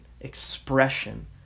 expression